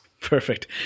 Perfect